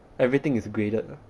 everything is graded lah